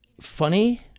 funny